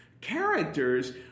characters